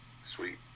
sweet